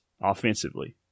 offensively